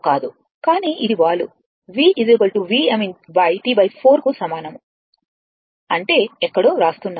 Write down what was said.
కాని ఇది వాలు v Vm T 4 కు సమానం అంటే ఎక్కడో వ్రాస్తున్నాను